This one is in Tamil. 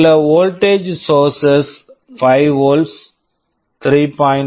சில voltage sources voltage sources 5 volts volts 3